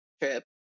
trip